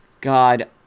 God